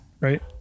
right